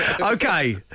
Okay